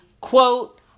quote